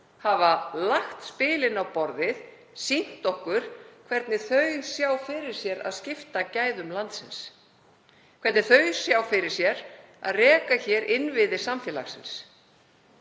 hafa lagt spilin á borðið, sýnt okkur hvernig þeir sjá fyrir sér að skipta gæðum landsins, hvernig þeir sjá fyrir sér að reka hér innviði samfélagsins.